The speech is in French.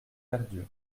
perdure